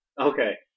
Okay